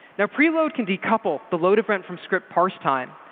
now, preload can decouple the load different from script parse time.